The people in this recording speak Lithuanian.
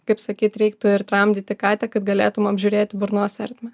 kaip sakyt reiktų ir tramdyti katę kad galėtum apžiūrėti burnos ertmę